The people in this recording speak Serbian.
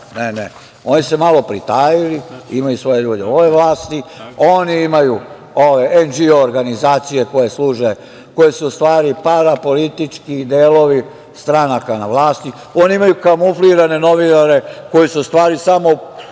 Ne. Oni su se malo pritajili, imaju svoje ljude u ovoj vlasti. Oni imaju ... organizacije koje služe, koje su parapolitički delovi stranaka na vlasti, oni imaju kamuflirane novinare koji su u stvari samo